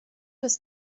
des